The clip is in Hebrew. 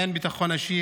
אין ביטחון אישי